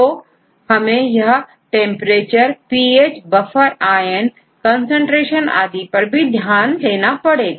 तो हमें यह temperature pH buffer ion concentration आदि पर भी ध्यान देना पड़ेगा